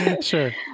Sure